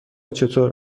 چطور